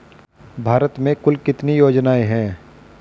भारत में कुल कितनी योजनाएं हैं?